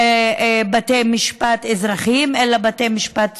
בתי משפט אזרחיים אלא בתי משפט צבאיים.